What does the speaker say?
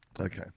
Okay